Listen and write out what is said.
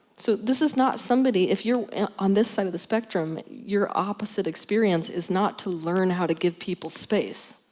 so this is not somebody, if you're on this side of the spectrum, your opposite experience is not to learn how to give people space,